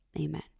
Amen